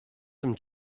some